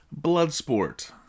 Bloodsport